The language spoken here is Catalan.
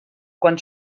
quan